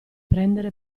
prendere